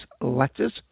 letters